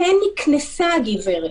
כן נקנסה הגברת,